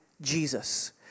Jesus